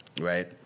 Right